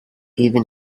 even